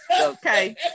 Okay